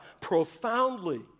profoundly